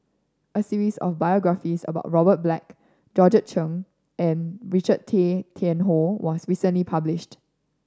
a series of biographies about Robert Black Georgette Chen and Richard Tay Tian Hoe was recently published